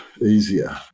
easier